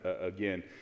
again